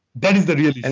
that is the real